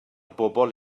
bobl